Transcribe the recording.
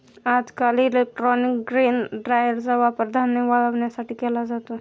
आजकाल electronic grain ड्रायरचा वापर धान्य वाळवण्यासाठी केला जातो